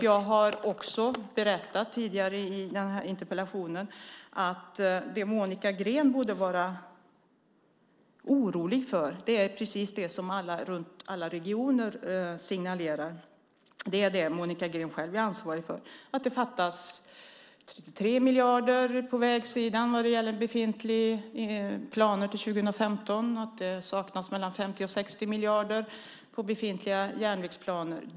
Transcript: Jag har också berättat tidigare i den här interpellationsdebatten att det Monica Green borde vara orolig för är precis det som man runt om i alla regioner signalerar, nämligen det Monica Green själv är ansvarig för, att det fattas 3 miljarder på vägsidan vad gäller befintliga planer till 2015 och att det saknas mellan 50 och 60 miljarder i befintliga järnvägsplaner.